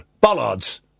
Bollards